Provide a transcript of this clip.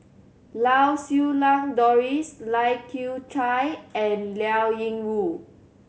Lau Siew Lang Doris Lai Kew Chai and Liao Yingru